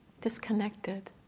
disconnected